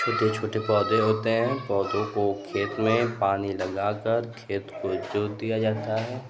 छोटे छोटे पौधे होते हैं पौंधों कों खेत में पानी लगा कर खेत को जोत दिया जाता है